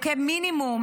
מינימום,